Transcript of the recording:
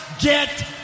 get